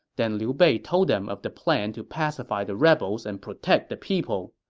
then liu bei told them of the plan to pacify the rebels and protect the people.